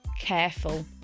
careful